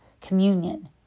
communion